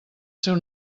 seu